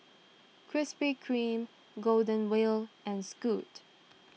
Krispy Kreme Golden Wheel and Scoot